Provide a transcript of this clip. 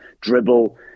dribble